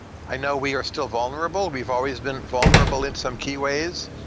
i know we are still vulnerable. we've always been vulnerable in some key ways.